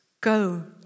go